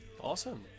Awesome